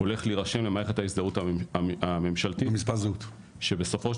הולך להירשם למערכת ההזדהות הממשלתית שבסופו של